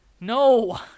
No